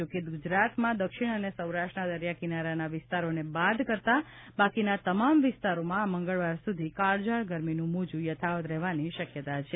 જો કે ગુજરાતમાં દક્ષિણ અને સૌરાષ્ટ્રના દરિયા કિનારાના વિસ્તારોને બાદ કરતાં બાકીના તમામ વિસ્તારોમાં આ મંગળવાર સુધી કાળઝાળ ગરમીનું મોજું યથાવત રહેવાની શક્યતા છે